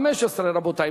הסתייגות מס' 11, רבותי.